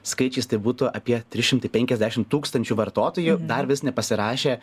skaičiais tai būtų apie trys šimtai penkiasdešim tūkstančių vartotojų dar vis nepasirašė